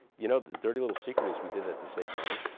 you know the dirty little secret is we did it to save money.